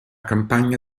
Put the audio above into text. campagna